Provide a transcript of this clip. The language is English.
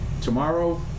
tomorrow